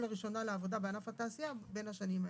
לראשונה לעבודה בענף התעשייה בין השנים האלה.